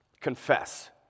confess